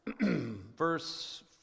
Verse